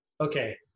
okay